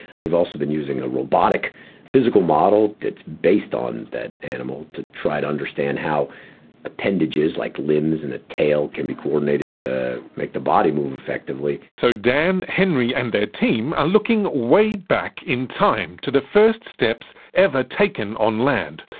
and we've also been using a robotic physical model that's based on that animal, to try to understand how appendages like limbs and tail can be coordinated to make the body move effectively. so dan, henry and their team are looking way back in time, to the first steps ever taken on land.